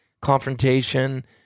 confrontation